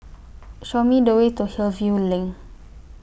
Show Me The Way to Hillview LINK